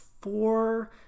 four